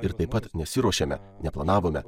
ir taip pat nesiruošėme neplanavome